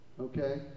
Okay